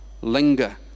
linger